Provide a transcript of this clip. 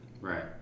Right